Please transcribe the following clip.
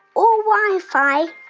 or wi-fi,